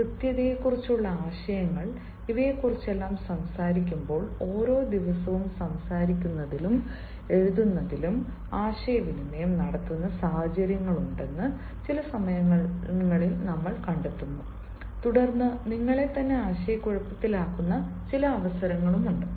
കൃത്യതയെക്കുറിച്ചുള്ള ആശയങ്ങൾ ഇവയെക്കുറിച്ചെല്ലാം സംസാരിക്കുമ്പോൾ ഓരോ ദിവസവും സംസാരിക്കുന്നതിലും എഴുതുന്നതിലും ആശയവിനിമയം നടത്തുന്ന സാഹചര്യങ്ങളുണ്ടെന്ന് ചില സമയങ്ങളിൽ നമ്മൾ കണ്ടെത്തുന്നു തുടർന്ന് നിങ്ങളെത്തന്നെ ആശയക്കുഴപ്പത്തിലാക്കുന്ന ചില അവസരങ്ങളുണ്ട്